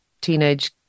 teenage